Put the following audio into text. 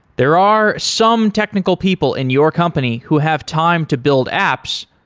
there are some technical people in your company who have time to build apps,